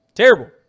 Terrible